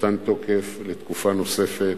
מתן תוקף לתקופה נוספת.